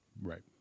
Right